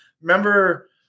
Remember